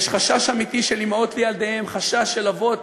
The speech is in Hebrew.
יש חשש אמיתי של אימהות לילדיהן, חשש של אבות